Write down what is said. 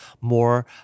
more